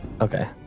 okay